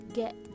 get